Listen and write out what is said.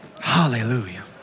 Hallelujah